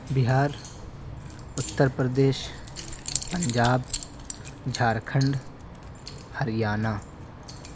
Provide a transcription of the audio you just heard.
Bihar Uttar Pradesh Punjab Jharkhand Haryana